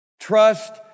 Trust